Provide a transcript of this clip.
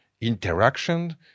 interaction